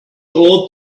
ought